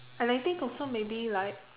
and I think also maybe like